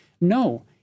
No